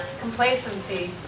Complacency